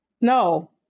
No